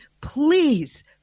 please